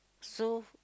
so